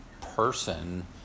person